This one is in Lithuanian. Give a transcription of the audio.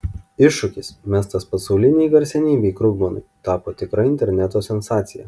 iššūkis mestas pasaulinei garsenybei krugmanui tapo tikra interneto sensacija